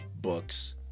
books